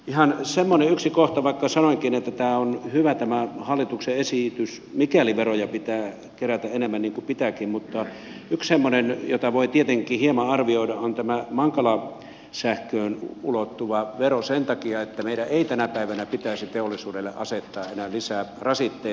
ihan semmoinen yksi kohta vaikka sanoinkin että tämä hallituksen esitys on hyvä mikäli veroja pitää kerätä enemmän niin kuin pitääkin jota voi tietenkin hieman arvioida on tämä mankala sähköön ulottuva vero sen takia että meidän ei tänä päivänä pitäisi teollisuudelle asettaa enää lisää rasitteita